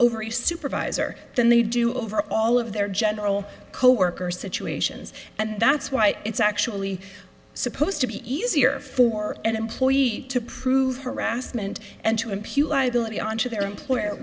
over a supervisor than they do over all of their general coworkers situations and that's why it's actually supposed to be easier for an employer to prove harassment and to